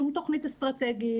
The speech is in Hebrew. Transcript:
שום תוכנית אסטרטגית,